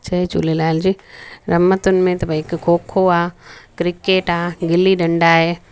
जय झूलेलाल जी रमतुनि में त भई हिकु खो खो आहे क्रिकेट आहे गिली डंडा आहे